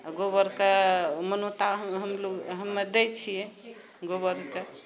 आ गोबरक मान्यता हम लोग हमे दैत छियै गोबरके